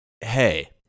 hey